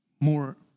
more